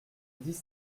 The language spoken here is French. dix